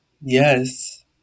Yes